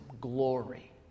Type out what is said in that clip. glory